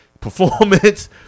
Performance